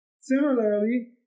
Similarly